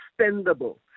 extendable